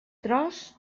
tros